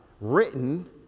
written